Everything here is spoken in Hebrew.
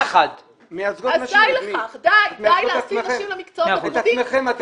די להפנות נשים למקצועות הצווארון הוורוד.